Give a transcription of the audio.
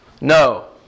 No